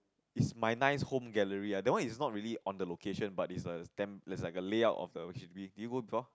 is my nice home gallery that one is not really on the location but it's like a damn it's like a layout of the err do you go before